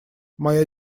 моя